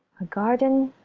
a garden.